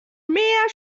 mehr